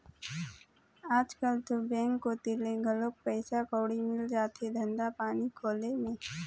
आजकल तो बेंक कोती ले घलोक पइसा कउड़ी मिल जाथे धंधा पानी खोले म